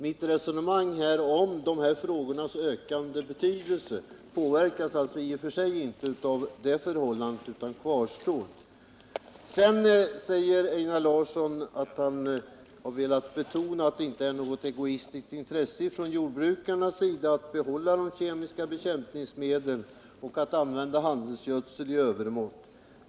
Mitt resonemang om dessa frågors ökande betydelse påverkas alltså i och för sig inte av denna förändring utan kvarstår med oförminskad kraft. Vidare säger Einar Larsson att han har velat betona att jordbrukarna inte har något egoistiskt intresse av att behålla de kemiska bekämpningsmedlen och av att använda handelsgödsel i övermått.